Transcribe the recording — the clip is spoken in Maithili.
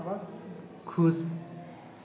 खुश